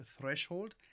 threshold